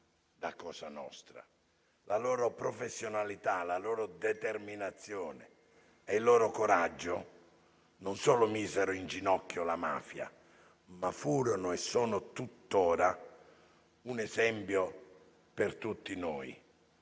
La loro professionalità, la loro determinazione e il loro coraggio non solo misero in ginocchio la mafia, ma furono - e sono tuttora - un esempio per tutti noi.